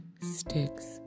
sticks